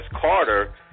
Carter